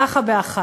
כך באחת.